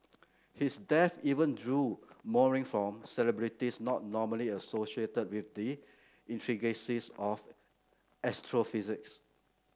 his death even drew mourning from celebrities not normally associated with the intricacies of astrophysics